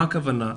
מה הכוונה?